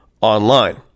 online